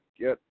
get